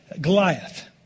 Goliath